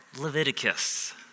Leviticus